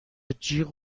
جیغ